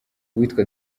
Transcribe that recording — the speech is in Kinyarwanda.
uwitwa